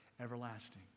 everlasting